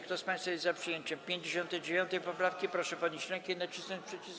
Kto z państwa jest za przyjęciem 59. poprawki, proszę podnieść rękę i nacisnąć przycisk.